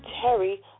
Terry